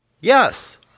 Yes